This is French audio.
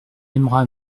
aimera